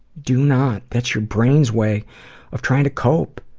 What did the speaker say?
do not. that's your brain's way of trying to cope.